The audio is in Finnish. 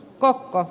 kakko